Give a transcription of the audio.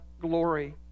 glory